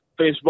Facebook